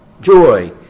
joy